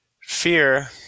Fear